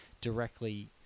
directly